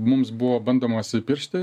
mums buvo bandomas įpiršti